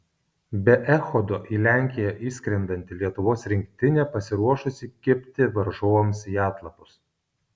be echodo į lenkiją išskrendanti lietuvos rinktinė pasiruošusi kibti varžovams į atlapus